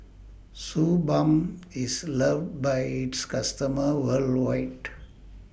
Suu Balm IS loved By its customers worldwide